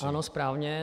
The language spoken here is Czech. Ano správně.